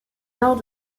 nord